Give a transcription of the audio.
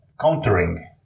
countering